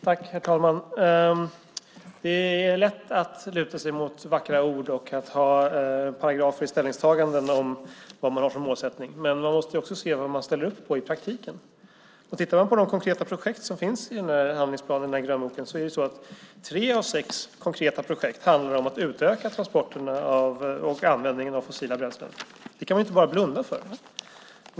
Herr talman! Det är lätt att luta sig mot vackra ord och att göra paragrafiska ställningstaganden när det gäller målsättning, men man måste också se vad man ställer upp på i praktiken. Av sex konkreta projekt som finns i grönboken handlar tre om att utöka transporterna och användningen av fossila bränslen. Det kan man inte bara blunda för.